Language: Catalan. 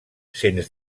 sens